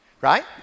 right